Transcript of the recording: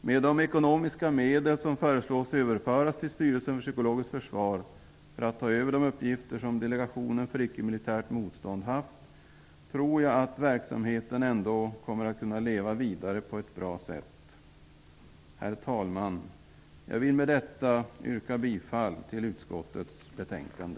Med hjälp av de ekonomiska medel som föreslås överföras till Styrelsen för psykologiskt försvar för att ta över de uppgifter som Delegationen för ickemilitärt motstånd haft, tror jag att verksamheten ändå kommer att kunna leva vidare på ett bra sätt. Herr talman! Jag vill med detta yrka bifall till hemställan i utskottets betänkande.